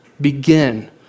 begin